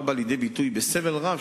לענייננו, שכונת רמות בירושלים